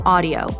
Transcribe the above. Audio